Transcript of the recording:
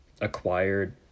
acquired